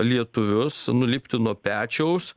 lietuvius nulipti nuo pečiaus